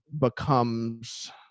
becomes